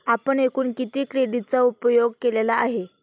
आपण एकूण किती क्रेडिटचा उपयोग केलेला आहे?